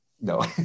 no